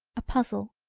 a puzzle,